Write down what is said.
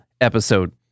episode